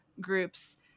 groups